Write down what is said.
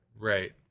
right